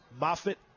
Moffitt